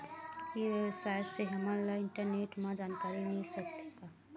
ई व्यवसाय से हमन ला इंटरनेट मा जानकारी मिल सकथे का?